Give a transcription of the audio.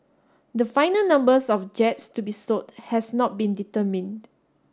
the final numbers of jets to be sold has not been determined